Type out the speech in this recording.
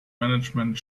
management